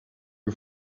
you